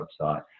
website